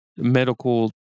medical